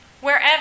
Wherever